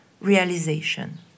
realization